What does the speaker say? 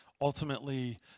ultimately